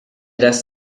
das